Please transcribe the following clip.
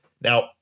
Now